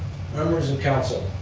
members in council,